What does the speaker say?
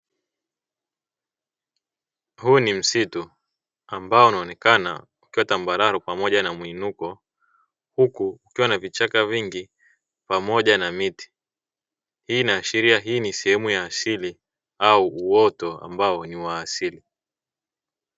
Huu ni msitu ambao unaonekana ukiwa tambarare pamoja na mwinuko, huku kukiwa na vichaka vingi pamoja miti. Hii inashiria hii ni sehemu ya asili au uoto ambao ni wa asili.